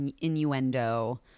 innuendo